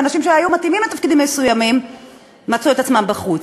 ואנשים שהיו מתאימים לתפקידים מסוימים מצאו את עצמם בחוץ.